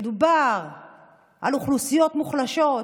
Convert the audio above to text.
שמדבר על אוכלוסיות מוחלשות,